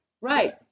Right